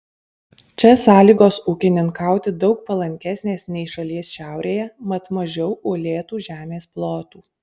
čia sąlygos ūkininkauti daug palankesnės nei šalies šiaurėje mat mažiau uolėtų žemės plotų